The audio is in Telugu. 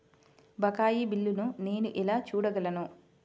బకాయి బిల్లును నేను ఎలా చూడగలను?